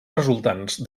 resultants